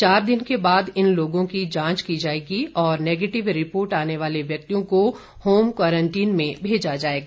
चार दिन के बाद इन लोगों की जांच की जाएगी और नेगेटिव रिपोर्ट आने वाले व्यक्तियों को होम क्वारंटीन में भेजा जाएगा